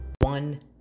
One